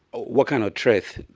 what kind of traits?